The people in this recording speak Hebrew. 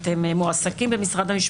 אתם מועסקים במשרד המשפטים,